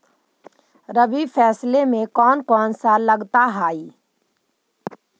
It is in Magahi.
रबी फैसले मे कोन कोन सा लगता हाइय?